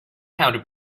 how